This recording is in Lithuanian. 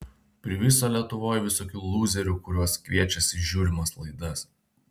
priviso lietuvoj visokių lūzerių kuriuos kviečiasi į žiūrimas laidas